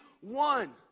one